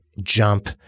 jump